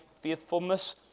faithfulness